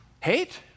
Hate